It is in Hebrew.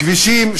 כבישים,